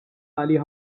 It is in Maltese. għalih